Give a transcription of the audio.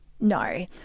No